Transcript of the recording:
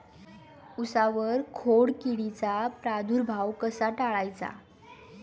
उसावर खोडकिडीचा प्रादुर्भाव कसा टाळायचा?